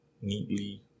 neatly